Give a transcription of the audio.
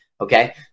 Okay